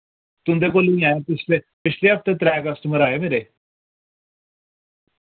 तुंदे कोल ही आए पिछले पिछले हफ्ते त्रै कस्टमर आए मेरे